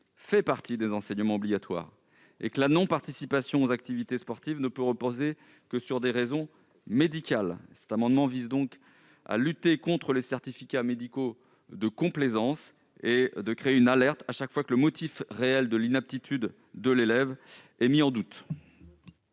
fait partie des enseignements obligatoires et que la non-participation aux activités sportives ne peut reposer que sur des raisons médicales. Cet amendement vise donc à lutter contre les certificats médicaux de complaisance et à créer une alerte à chaque fois que le motif réel de l'inaptitude de l'élève est mis en doute.